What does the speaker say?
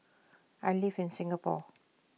I live in Singapore